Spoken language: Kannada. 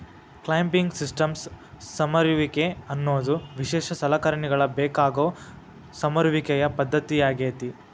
ಕ್ಲೈಂಬಿಂಗ್ ಸಿಸ್ಟಮ್ಸ್ ಸಮರುವಿಕೆ ಅನ್ನೋದು ವಿಶೇಷ ಸಲಕರಣೆಗಳ ಬೇಕಾಗೋ ಸಮರುವಿಕೆಯ ಪದ್ದತಿಯಾಗೇತಿ